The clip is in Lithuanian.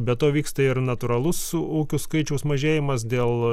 be to vyksta ir natūralus ūkių skaičiaus mažėjimas dėl